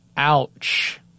Ouch